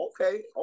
Okay